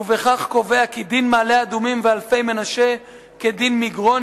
ובכך קובע כי דין מעלה-אדומים ואלפי-מנשה כדין מגרון,